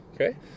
okay